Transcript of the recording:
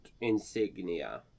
insignia